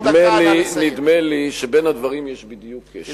נדמה לי שבין הדברים יש בדיוק קשר.